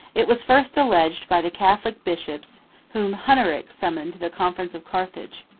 it was first alleged by the catholic bishops whom hunneric summoned to the conference of carthage.